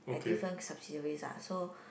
at different subsidiaries ah so